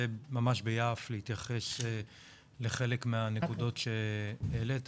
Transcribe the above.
ממש ביעף להתייחס לחלק מהנקודות שהעלית,